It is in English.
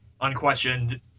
unquestioned